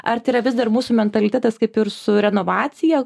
ar tai yra vis dar mūsų mentalitetas kaip ir su renovacija